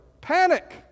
panic